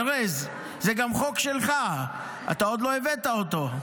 ארז, זה גם חוק שלך, אתה עוד לא הבאת אותו.